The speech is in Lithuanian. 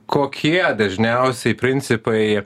kokie dažniausiai principai